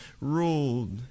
ruled